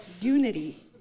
unity